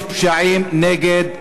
יש פשעים נגד האנושות,